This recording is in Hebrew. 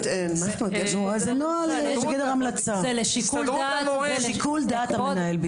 זה לשיקול דעת המנהל.